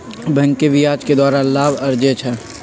बैंके ब्याज के द्वारा लाभ अरजै छै